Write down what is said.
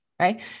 right